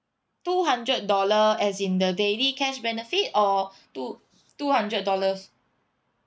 two hundred dollar as in the daily cash benefit or two two hundred dollars